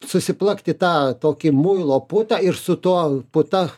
susiplakti tą tokį muilo putą ir su tuo puta